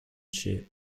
ship